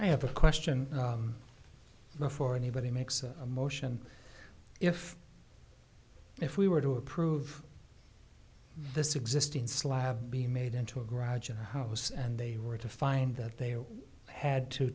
i have a question before anybody makes a motion if if we were to approve this existing slab being made into a garage and house and they were to find that they had to